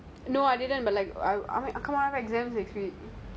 did you call them